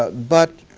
but,